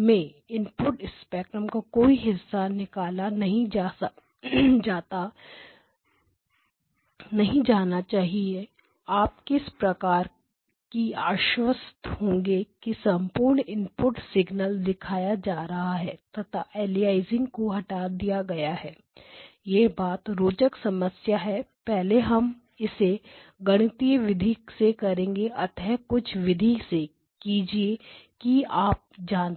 में input spectrum का कोई हिस्सा निकाला नहीं जाता निकाला नहीं जाना चाहिए आप किस प्रकार कि आश्वस्त होंगे कि संपूर्ण इनपुट सिगनल दिखाया जा रहा है तथा अलियासिंग को हटा दिया गया है यह बहुत रोचक समस्या है पहले हम इसे गणितीय विधि से करेंगे अतः कुछ विधि से कीजिए जो कि आप जानते हैं